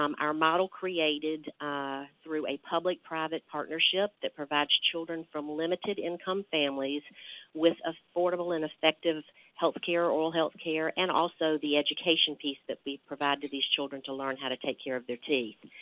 um our model created ah through a public private partnership that provides children from limited income families with affordable and effective health care, oral health care, and also the education piece that we provide to these children to learn how to take care of their teeth.